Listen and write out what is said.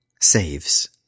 saves